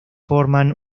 forman